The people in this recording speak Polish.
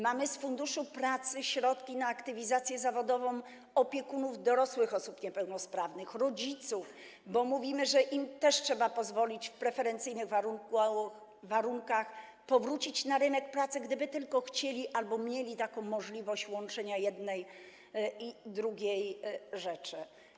Mamy środki z Funduszu Pracy na aktywizację zawodową opiekunów dorosłych osób niepełnosprawnych, rodziców, bo mówimy, że im też trzeba pozwolić w preferencyjnych warunkach powrócić na rynek pracy, gdyby tylko chcieli albo mieli taką możliwość łączenia jednej i drugiej rzeczy.